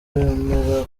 wemera